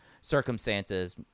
circumstances